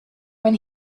when